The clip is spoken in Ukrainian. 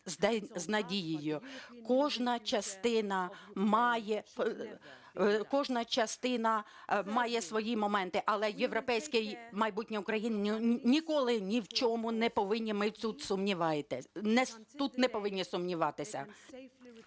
Кожна частина має свої моменти, але європейське майбутнє України – ніколи ні в чому ми тут не повинні сумніватися.